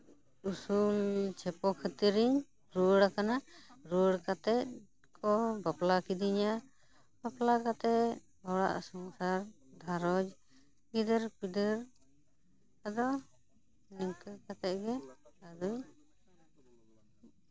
ᱩᱥᱩᱞ ᱪᱷᱮᱯᱚ ᱠᱷᱟᱹᱛᱤᱨ ᱤᱧ ᱨᱩᱣᱟᱹᱲ ᱟᱠᱟᱱᱟ ᱨᱩᱣᱟᱹᱲ ᱠᱟᱛᱮᱫ ᱠᱚ ᱵᱟᱯᱞᱟ ᱠᱤᱫᱤᱧᱟ ᱵᱟᱯᱞᱟ ᱠᱟᱛᱮᱫ ᱦᱚᱲᱟᱜ ᱥᱚᱝᱥᱟᱨ ᱜᱷᱟᱸᱨᱚᱧᱡᱽ ᱜᱤᱫᱟᱹᱨ ᱯᱤᱫᱟᱹᱨ ᱠᱚᱫᱚ ᱱᱤᱝᱠᱟᱹ ᱠᱟᱛᱮᱫ ᱜᱮ ᱟᱫᱚᱧ